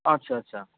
আচ্ছা আচ্ছা